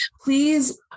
please